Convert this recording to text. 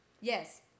Yes